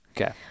Okay